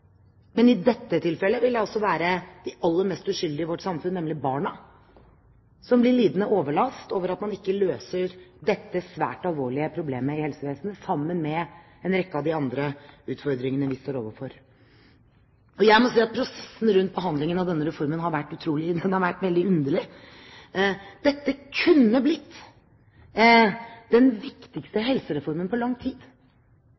Men i dette tilfellet vil det altså være de aller mest uskyldige i vårt samfunn, nemlig barna, som lider overlast fordi man ikke løser dette svært alvorlige problemet i helsevesenet, sammen med en rekke av de andre utfordringene vi står overfor. Jeg må si at prosessen rundt behandlingen av denne reformen har vært utrolig. Den har vært veldig underlig. Dette kunne blitt den viktigste helsereformen på lang tid.